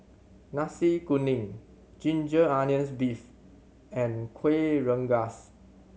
Nasi Kuning ginger onions beef and Kueh Rengas